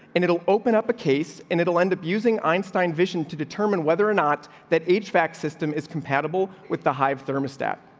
and it'll open up a case and it'll end abusing einstein vision to determine whether or not that h vac system is compatible with the hive thermostat.